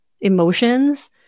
emotions